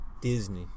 Disney